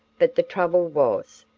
but the trouble was,